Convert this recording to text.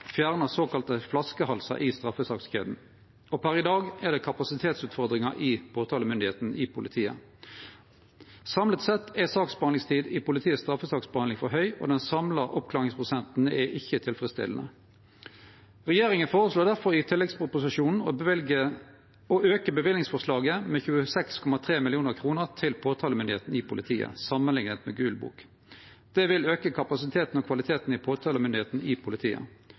såkalla flaskehalsar i straffesakskjeda. Per i dag er det kapasitetsutfordringar i påtalemyndigheita i politiet. Samla sett er saksbehandlingstida i politiets straffesaksbehandling for lang, og den samla oppklaringsprosenten er ikkje tilfredsstillande. Regjeringa føreslår difor i tilleggsproposisjonen å auke løyvingsforslaget med 26,3 mill. kr til påtalemyndigheita i politiet, samanlikna med Gul bok. Det vil auke kapasiteten og kvaliteten i påtalemyndigheita i politiet.